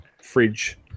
fridge